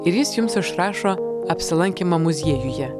ir jis jums išrašo apsilankymą muziejuje